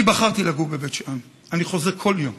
אני בחרתי לגור בבית שאן, אני חוזר כל יום.